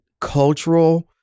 cultural